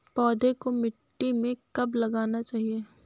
पौधें को मिट्टी में कब लगाना चाहिए?